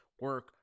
Work